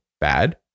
bad